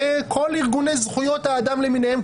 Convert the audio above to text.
וכל ארגוני זכויות האדם למיניהם,